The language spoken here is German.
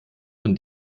von